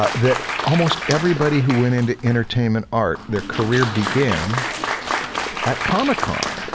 ah that almost everybody who went into entertainment art, their career began at comic con.